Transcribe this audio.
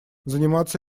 заниматься